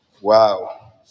wow